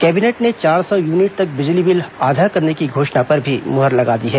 cabinet ने चार सौ यूनिट तक बिजली बिल आधा करने की घोषणा पर भी मुहर लगा दी है